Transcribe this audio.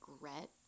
regret